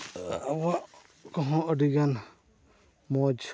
ᱟᱵᱚᱣᱟᱜ ᱠᱚᱦᱚᱸ ᱟᱹᱰᱤ ᱜᱟᱱ ᱢᱚᱡᱽ